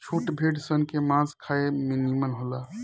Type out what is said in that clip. छोट भेड़ सन के मांस खाए में निमन होला